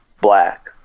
black